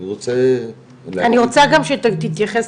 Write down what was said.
אני רוצה --- אני רוצה גם שתתייחס